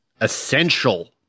essential